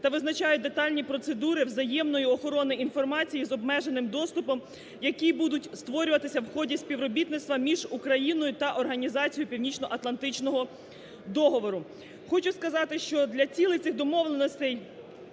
та визначають детальні процедури взаємної охорони інформації з обмеженим доступом, які будуть створюватися в ході співробітництва між Україною та Організацією Північноатлантичного договору. Хочу сказати, що для цілей цих домовленостей